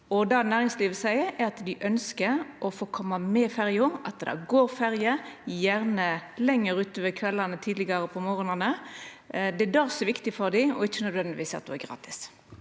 næringslivet seier, er at dei ønskjer å få koma med ferja, og at det går ferje, gjerne lenger utover kveldane og tidlegare på morgonane. Det er det som er viktig for dei, og ikkje nødvendigvis at ho er gratis.